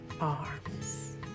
arms